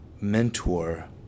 mentor